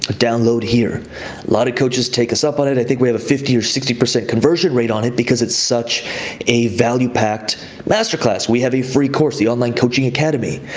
but download here. a lot of coaches take us up on it. i think we have a fifty or sixty percent conversion rate on it because it's such a value packed masterclass. we have a free course, the online coaching academy,